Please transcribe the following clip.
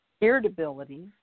irritability